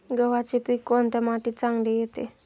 गव्हाचे पीक कोणत्या मातीत चांगले येते?